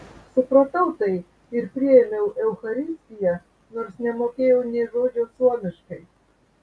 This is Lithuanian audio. supratau tai ir priėmiau eucharistiją nors nemokėjau nė žodžio suomiškai